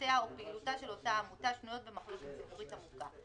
שמטרותיה או פעילותה של אותה עמותה שנויות במחלוקת ציבורית עמוקה.